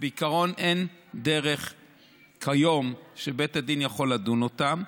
בעיקרון, כיום אין דרך שבית הדין יוכל לדון אותם.